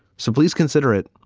so please consider it.